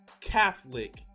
Catholic